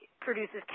produces